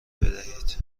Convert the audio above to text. بدهید